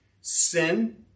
Sin